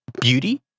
beauty